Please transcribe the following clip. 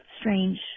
strange